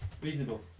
Reasonable